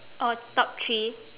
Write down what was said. oh top three